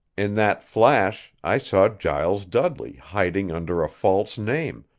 in that flash i saw giles dudley hiding under a false name,